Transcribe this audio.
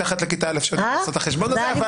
מתחת לכיתה א' שיודעים לעשות את החשבון הזה.